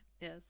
yes